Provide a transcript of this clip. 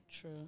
true